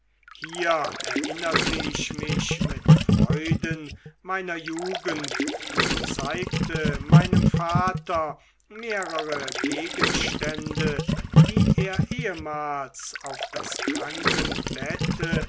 hier erinnerte ich mich mit freuden meiner jugend und zeigte meinem vater mehrere gegenstände die er ehemals auf das krankenbette